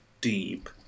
deep